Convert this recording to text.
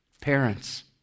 Parents